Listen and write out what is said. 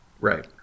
Right